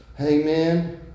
Amen